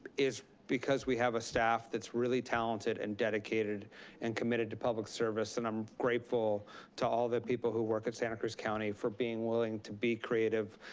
is because we have a staff that's really talented and dedicated and committed to public service. and i'm grateful to all the people who work at santa cruz county for being willing to be creative,